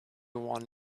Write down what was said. one